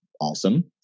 awesome